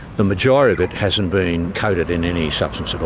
the majority of it hasn't been coated in any substance at all,